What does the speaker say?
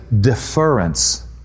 deference